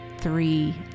three